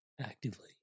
actively